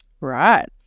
right